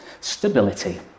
Stability